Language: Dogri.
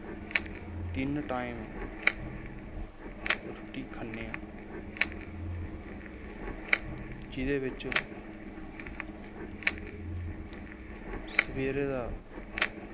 तिन्न टाइम रुट्टी खन्ने आं जेह्दे बिच्च सवेरे दा